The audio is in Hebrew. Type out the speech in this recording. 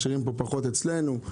משאירים פחות אצלנו.